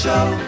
Show